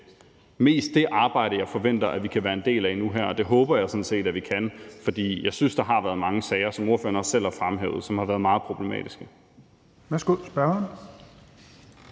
mest det arbejde, jeg forventer at vi kan være en del af nu her, og det håber jeg sådan set vi kan, for jeg synes, at der har været mange sager, som har været meget problematiske,